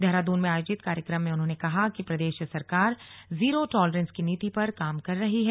देहरादून में आयोजित कार्यक्रम में उन्होंने कहा कि प्रदेश सरकार जीरो टॉलरेस की नीति पर काम कर रही है